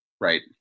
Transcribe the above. Right